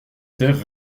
terre